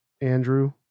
Andrew